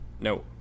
No